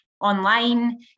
online